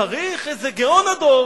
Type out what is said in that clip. צריך איזה גאון הדור